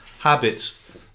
habits